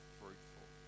fruitful